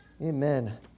Amen